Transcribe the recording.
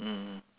mm